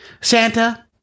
Santa